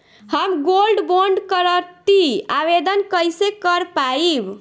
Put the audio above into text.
हम gold bond करतिं आवेदन कइसे कर पाइब?